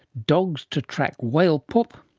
dogs to track whale poop?